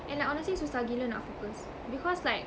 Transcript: and like honestly susah gila nak focus because like